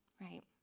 Right